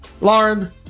Lauren